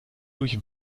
durch